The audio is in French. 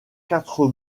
quatre